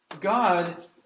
God